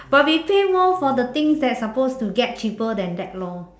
but we pay more for the things that supposed to get cheaper than that lor